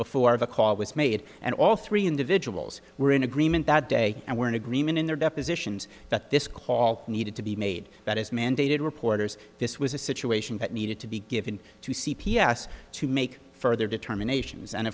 before the call was made and all three individuals were in agreement that day and were in agreement in their depositions that this call needed to be made that is mandated reporters this was a situation that needed to be given to c p s to make further determinations and